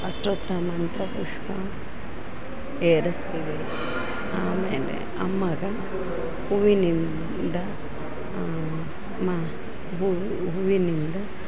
ಅಷ್ಟೋತ್ರ ಮಂತ್ರಪುಷ್ಪ ಏರಿಸ್ತೀವಿ ಆಮೇಲೆ ಅಮ್ಮನಿಗೆ ಹೂವಿನಿಂದ ಮಾ ಹೂವಿನಿಂದ